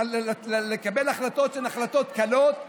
לקבל החלטות שהן החלטות קלות?